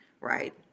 right